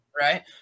Right